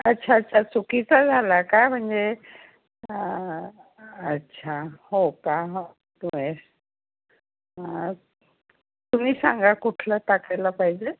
अच्छा अच्छा चुकीचा झाला का म्हणजे अच्छा हो का मग तो आहे तुम्ही सांगा कुठलं टाकायला पाहिजे